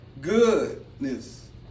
goodness